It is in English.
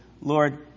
Lord